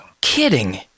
kidding